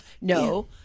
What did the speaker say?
No